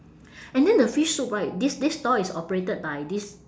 and then the fish soup right this this stall is operated by this